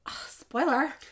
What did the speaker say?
Spoiler